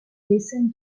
listen